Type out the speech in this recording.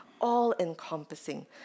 all-encompassing